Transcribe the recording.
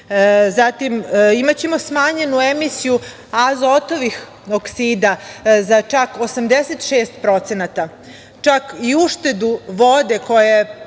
Zatim, imaćemo smanjenu emisiju azotovih oksida za čak 86%, čak i uštedu vode koja